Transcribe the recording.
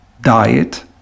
diet